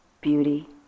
beauty